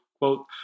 quote